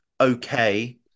okay